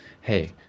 hey